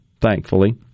thankfully